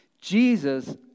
Jesus